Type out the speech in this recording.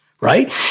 right